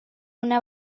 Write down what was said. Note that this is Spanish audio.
una